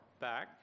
back